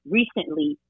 recently